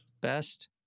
Best